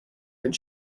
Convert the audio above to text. but